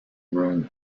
room